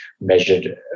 measured